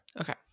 Okay